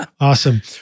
Awesome